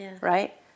right